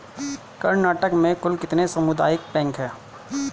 कर्नाटक में कुल कितने सामुदायिक बैंक है